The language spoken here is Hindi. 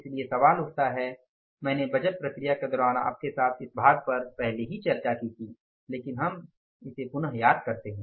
इसलिए सवाल उठता है मैंने बजट प्रक्रिया के दौरान आपके साथ इस भाग पर पहले ही चर्चा की थी लेकिन हम इसे पुनः याद करते है